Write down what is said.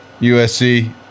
USC